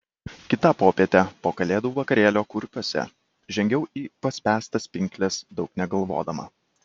kitą popietę po kalėdų vakarėlio kurpiuose žengiau į paspęstas pinkles daug negalvodama